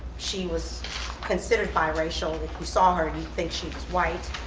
she was considered biracial if you saw her, you'd think she was white.